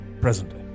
Presently